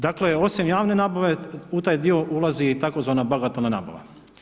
Dakle, osim javne nabave u taj dio ulazi tzv. bagatelna nabava.